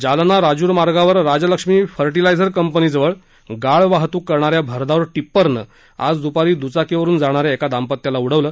जालना राजूर मार्गावर राजलक्ष्मी फर्टिलायझर कंपनीजवळ गाळ वाहतूक करणाऱ्या भरधाव टिप्परनं आज दुपारी दुचाकीवरून जाणाऱ्या एका दाम्पत्याला उडवलं